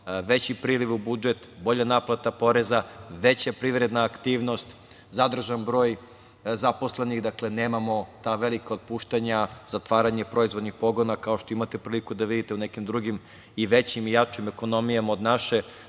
veći priliv u budžet, bolje naplata poreza, veća privredna aktivnost, zadržan broj zaposlenih. Nemamo ta velika otpuštanja, zatvaranje proizvodnih pogona, kao što imate priliku da vidite u nekim drugim i većim i jačim ekonomijama, od